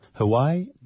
Hawaii